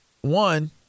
One